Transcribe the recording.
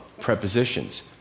prepositions